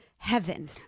heaven